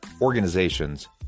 organizations